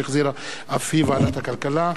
שהחזירה ועדת הכלכלה.